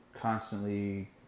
constantly